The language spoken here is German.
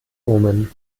omen